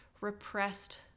repressed